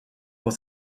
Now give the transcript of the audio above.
pour